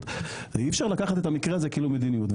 אי אפשר לקחת את המקרה הזה כאילו מדיניות.